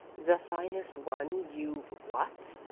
the finest one you've what?